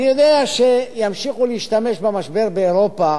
אני יודע שימשיכו להשתמש במשבר באירופה